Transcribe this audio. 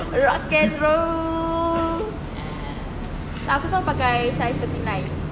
okay bro aku selalu pakai size thirty nine